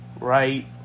right